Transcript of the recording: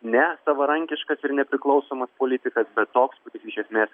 ne savarankiškas ir nepriklausomas politikas bet toks kuris iš esmės